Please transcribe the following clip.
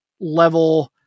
level